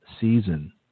season